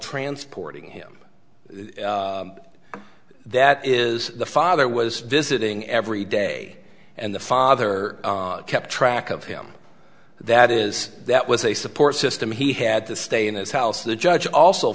transporting him that is the father was visiting every day and the father kept track of him that is that was a support system he had to stay in his house the judge also